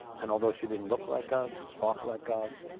and although she didn't look like us, talk like us,